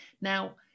Now